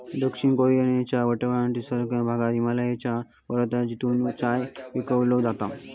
दक्षिण कॅरोलिनाच्या वाळवंटी सखल भागात हिमालयाच्या पर्वतराजीतून चाय पिकवलो जाता